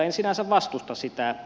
en sinänsä vastusta sitä